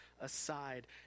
aside